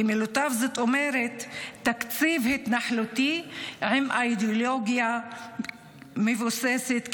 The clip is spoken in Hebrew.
במילותיו זאת אומרת: תקציב התנחלותי עם אידיאולוגיה מבוססת כיבוש,